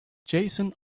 jason